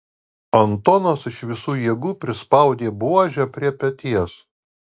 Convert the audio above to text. antonas iš visų jėgų prispaudė buožę prie peties